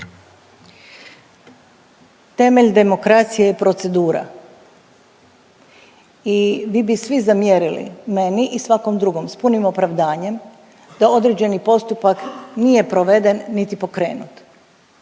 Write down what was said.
Temelj demokracije je procedura i vi bi svi zamjerili meni i svakom drugom s punim opravdanjem da određeni postupak nije proveden niti pokrenut.